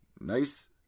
Nice